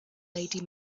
lady